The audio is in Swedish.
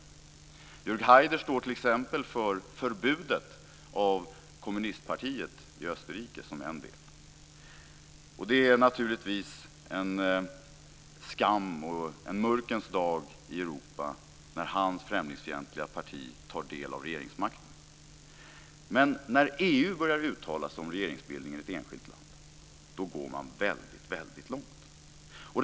Jörg Haider står t.ex. för förbudet av kommunistpartiet i Österrike som en del. Det är naturligtvis en skam och en mörkrets dag i Europa när hans främlingsfientliga parti tar del av regeringsmakten. Men när EU börjar uttala sig om regeringsbildningen i ett enskilt land går man väldigt långt.